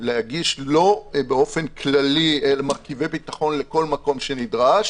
להגיש לו באופן כללי מרכיבי ביטחון לכל מקום שנדרש,